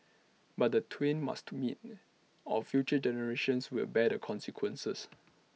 but the twain must meet or future generations will bear the consequences